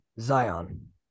Zion